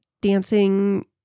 dancing